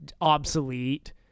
obsolete